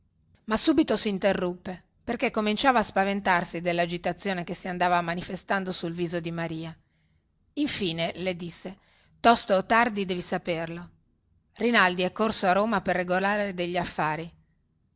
ma subito sinterruppe perchè cominciava a spaventarsi dellagitazione che si andava manifestando sul viso di maria infine le disse tosto o tardi devi saperlo rinaldi è corso a roma per regolare degli affari